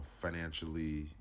financially